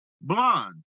Blonde